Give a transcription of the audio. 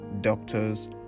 doctors